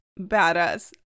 badass